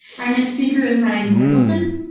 our next speaker is ryan pendleton.